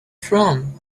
from